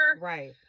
Right